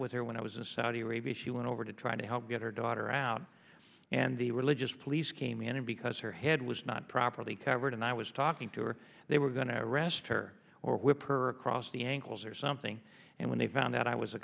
with her when i was in saudi arabia she went over to try to help get her daughter out and the really just police came in and because her head was not properly covered and i was talking to her they were going to arrest her or whip her across the ankles or something and when they found out i was a